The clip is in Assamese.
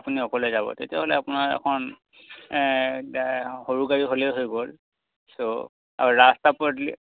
আপুনি অকলে যাব তেতিয়াহ'লে আপোনাৰ এখন সৰু গাড়ী হ'লেও হৈ গ'ল চ' ৰাস্তা পদূলি